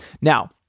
Now